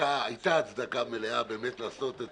שהיתה הצדקה מלאה לעשות את